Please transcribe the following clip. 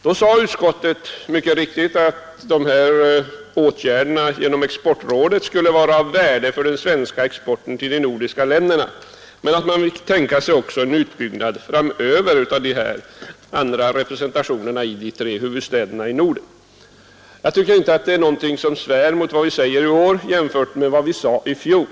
Då sade utskottet mycket riktigt att exportrådet skulle bli av värde för den svenska exporten till de nordiska länderna men att man också framöver fick tänka sig en utbyggnad av de andra representationerna i de tre huvudstäderna i Norden. Jag tycker att det som utskottet säger i år inte svär mot vad vi sade i fjol.